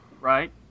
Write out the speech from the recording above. Right